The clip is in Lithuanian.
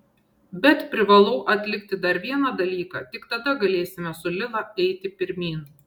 bet privalau atlikti dar vieną dalyką tik tada galėsime su lila eiti pirmyn